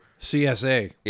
CSA